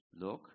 Look